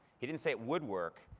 he didn't say, it would work,